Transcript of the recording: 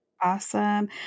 Awesome